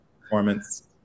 performance